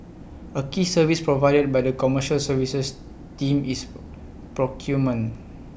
A key service provided by the commercial services team is procurement